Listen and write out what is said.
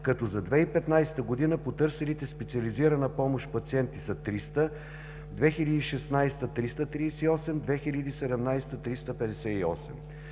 като за 2015 г. потърсилите специализирана помощ пациенти са 300, 2016 г. – 338, 2017 г.